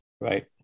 Right